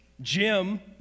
Jim